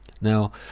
now